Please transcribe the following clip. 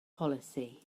policy